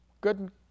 good